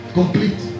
Complete